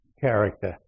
character